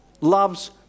loves